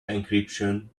encryption